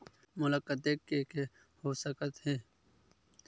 मोला कतेक के के हो सकत हे?